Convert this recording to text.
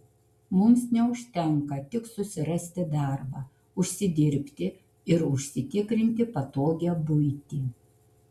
mums neužtenka tik susirasti darbą užsidirbti ir užsitikrinti patogią buitį